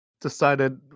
decided